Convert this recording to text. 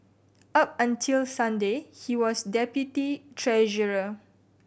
up until Sunday he was deputy treasurer